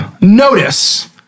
notice